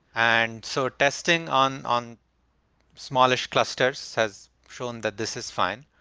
and so testing on on smallish clusters has shown that this is fine.